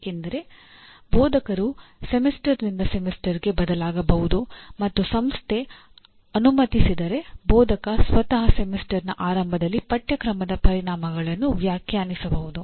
ಏಕೆಂದರೆ ಬೋಧಕರು ಸೆಮಿಸ್ಟರ್ನಿಂದ ಸೆಮಿಸ್ಟರ್ಗೆ ಬದಲಾಗಬಹುದು ಮತ್ತು ಸಂಸ್ಥೆ ಅನುಮತಿಸಿದರೆ ಬೋಧಕ ಸ್ವತಃ ಸೆಮಿಸ್ಟರ್ನ ಆರಂಭದಲ್ಲಿ ಪಠ್ಯಕ್ರಮದ ಪರಿಣಾಮಗಳನ್ನು ವ್ಯಾಖ್ಯಾನಿಸಬಹುದು